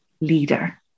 leader